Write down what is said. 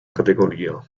categoria